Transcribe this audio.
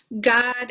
God